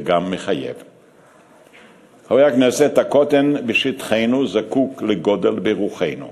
חברות וחברי הכנסת התשע-עשרה, בתקופת כהונתה